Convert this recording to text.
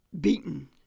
beaten